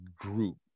group